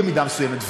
במידה מסוימת,